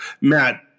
Matt